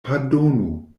pardonu